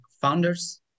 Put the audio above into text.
founders